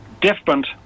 different